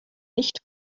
nicht